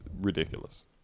ridiculous